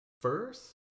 first